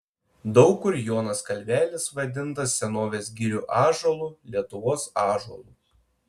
daug kur jonas kalvelis vadintas senovės girių ąžuolu lietuvos ąžuolu